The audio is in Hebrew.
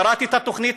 קראתי את התוכנית,